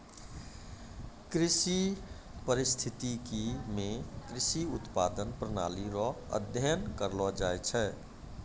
कृषि परिस्थितिकी मे कृषि उत्पादन प्रणाली रो अध्ययन करलो जाय छै